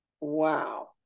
Wow